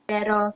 Pero